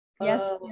Yes